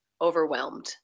overwhelmed